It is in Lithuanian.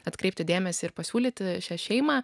atkreipti dėmesį ir pasiūlyti šią šeimą